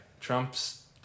trump's